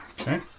Okay